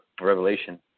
Revelation